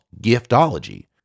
giftology